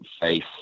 face